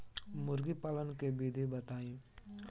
मुर्गी पालन के विधि बताई?